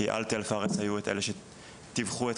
כי על תל פארס היו את אלה שטיווחו את